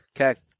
Okay